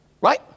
right